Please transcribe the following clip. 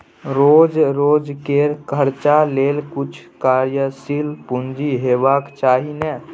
रोज रोजकेर खर्चा लेल किछु कार्यशील पूंजी हेबाक चाही ने